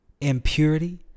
impurity